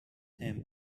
him